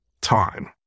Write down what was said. time